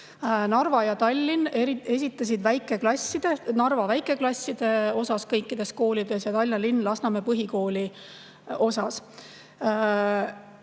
väikeklasside osas: Narva väikeklasside osas kõikides koolides ja Tallinna linn Lasnamäe põhikooli osas.